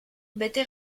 bete